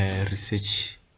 research